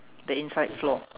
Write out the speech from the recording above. the inside floor